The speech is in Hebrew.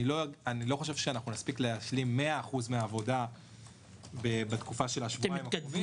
אני לא חושב שנספיק להשלים 100% מהעבודה בשבועיים הקרובים.